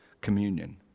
communion